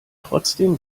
trotzdem